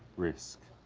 risk.